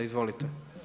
Izvolite.